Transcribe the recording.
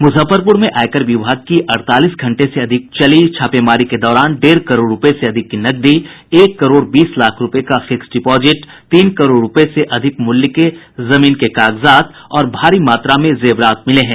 मुजफ्फरपुर में आयकर विभाग की अड़तालीस घंटे से अधिक चली छापेमारी के दौरान डेढ़ करोड़ रूपये से अधिक की नकदी एक करोड़ बीस लाख रूपये का फिक्सड डिपोजिट तीन करोड़ रूपये से अधिक मूल्य के जमीन के कागजात और भारी मात्रा में जेवरात मिल हैं